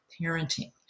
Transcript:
parenting